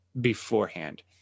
beforehand